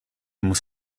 muss